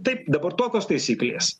taip dabar tokios taisyklės